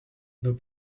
nos